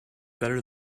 better